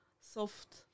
soft